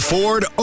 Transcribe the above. Ford